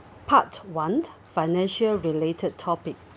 part one financial related topic